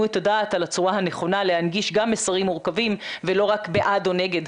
את הדעת על הצורה הנכונה להנגיש גם מסרים מורכבים ולא רק בעד או נגד.